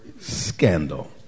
scandal